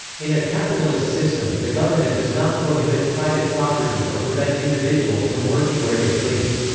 in a capitalist system, the government does not prohibit private property or prevent individuals from working where they please.